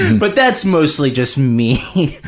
but that's mostly just me.